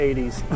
80s